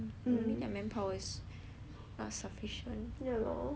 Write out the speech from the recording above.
not sufficient